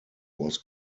was